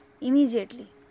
immediately